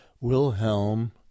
Wilhelm